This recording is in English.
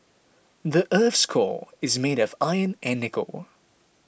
the earth's core is made of iron and nickel